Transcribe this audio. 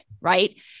right